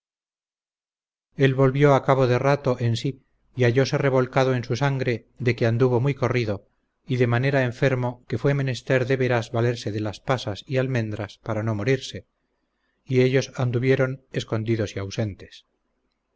el volvió a cabo de rato en sí y hallose revolcado en su sangre de que anduvo muy corrido y de manera enfermo que fue menester de veras valerse de las pasas y almendras para no morirse y ellos anduvieron escondidos y ausentes